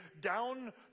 down